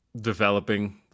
developing